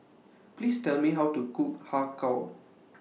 Please Tell Me How to Cook Har Kow